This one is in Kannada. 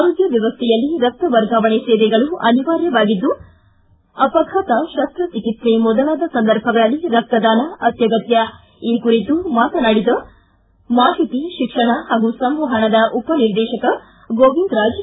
ಆರೋಗ್ಯ ವ್ಯವಸ್ಥೆಯಲ್ಲಿ ರಕ್ತ ವರ್ಗಾವಣೆ ಸೇವೆಗಳು ಅನಿವಾರ್ಯವಾಗಿದ್ದು ಅಪಘಾತ ಶಸ್ತ ಚಿಕಿತ್ಸೆ ಮೊದಲಾದ ಸಂದರ್ಭಗಳಲ್ಲಿ ರಕ್ತದಾನ ಅತ್ಯಗತ್ತ್ ಈ ಕುರಿತು ಮಾತನಾಡಿ ಮಾಹಿತಿ ಶಿಕ್ಷಣ ಹಾಗೂ ಸಂವಹನದ ಉಪನಿರ್ದೇಶಕ ಗೋವಿಂದ್ ರಾಜ್